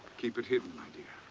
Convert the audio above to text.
keep it hidden, my dear.